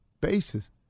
basis